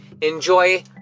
enjoy